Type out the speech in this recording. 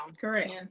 correct